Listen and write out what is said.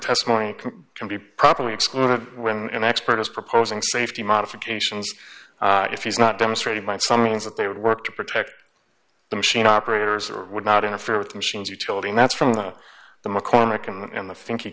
testimony can be properly excluded when an expert is proposing safety modifications if he's not demonstrated by some means that they would work to protect the machine operators or would not interfere with machines utility and that's from the